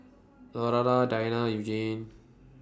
Lurana Diana and Eugenie